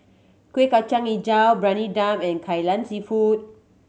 Kuih Kacang Hijau Briyani Dum and Kai Lan Seafood